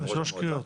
שלוש קריאות.